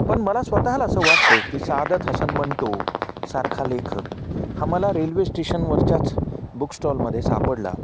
पण मला स्वतःला असं वाटतं की सादत हसन मंटोसारखा लेखक हा मला रेल्वे स्टेशनवरच्याच बुक स्टॉलमध्ये सापडला